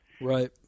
Right